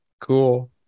Cool